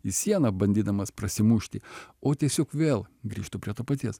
į sieną bandydamas prasimušti o tiesiog vėl grįžtu prie to paties